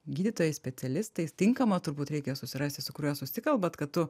gydytojais specialistais tinkamą turbūt reikia susirasti su kuriuo susikalbat kad tu